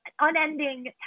unending